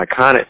iconic